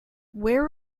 where